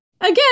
Again